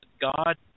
God